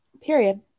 Period